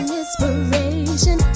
inspiration